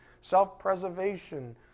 self-preservation